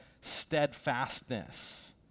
steadfastness